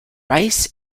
rice